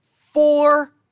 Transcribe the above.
four